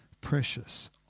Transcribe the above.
Precious